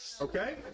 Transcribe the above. okay